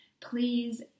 please